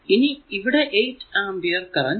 ഇനി ഇവിടെ 8 ampere current